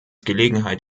gelegenheit